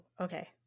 Okay